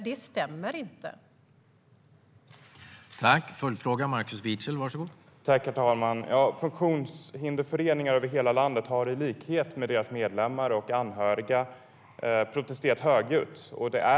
Det stämmer alltså inte.